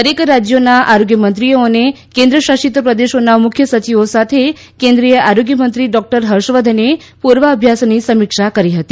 દરેક રાજ્યોના આરોગ્યમંત્રીઓ અને કેન્દ્રશાસિત પ્રદેશોના મુખ્ય સચિવો સાથે કેન્દ્રિય આરોગ્ય મંત્રી ડોકટર હર્ષવર્ધને પૂર્વાઅભ્યાસની સમીક્ષા કરી હતી